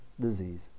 disease